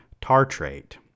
tartrate